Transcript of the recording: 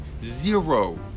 zero